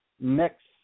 next